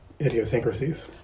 idiosyncrasies